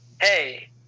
hey